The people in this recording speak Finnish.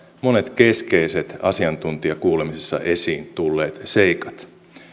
monet keskeiset asiantuntijakuulemisissa esiin tulleet seikat